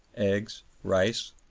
eggs, rice,